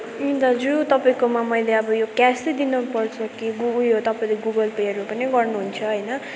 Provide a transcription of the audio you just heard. दाजु तपाईँकोमा मैले अब यो क्यासै दिनुपर्छ कि गुग यो तपाईँले गुगल पेहरू पनि गर्नु हुन्छ होइन